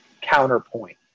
counterpoint